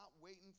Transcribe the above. waiting